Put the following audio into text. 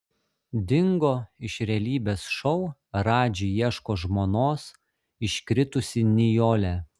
dingo iš realybės šou radži ieško žmonos iškritusi nijolė